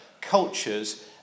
cultures